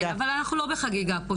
אבל אנחנו לא בחגיגה פה,